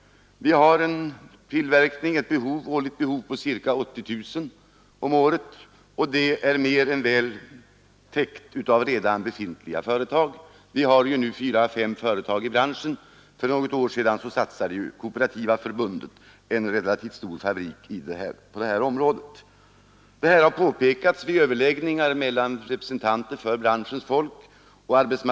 Vi har ett årligt behov på ca 80 000, och det behovet är mer än väl täckt av redan befintliga företag. Vi har fyra fem företag i branschen — för något år sedan startade Kooperativa förbundet en relativt stor fabrik på detta område. Detta påpekades vid överläggningar den 7 maj mellan representanter för branschen och för AMS.